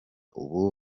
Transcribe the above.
ubu